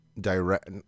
direct